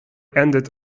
ended